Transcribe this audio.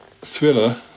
Thriller